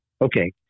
Okay